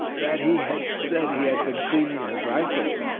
that he had said he had been cleaning his rifle.